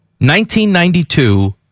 1992